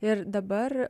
ir dabar